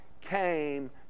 came